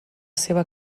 seva